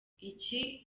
ibi